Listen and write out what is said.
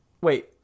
Wait